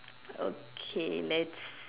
okay let's